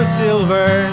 silver